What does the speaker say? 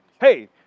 Hey